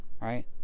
right